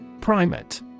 Primate